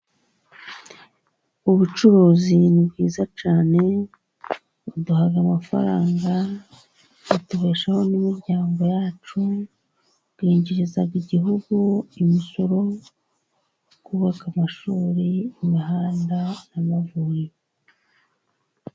Ubucuruzi ni bwiza cyane buduha amafaranga, butubeshaho n'imiryango yacu, bwinjiriza igihugu imisoro, kubaka amashuri, imihanda n'amavuriro.